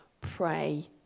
pray